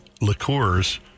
liqueurs